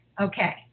Okay